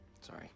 Sorry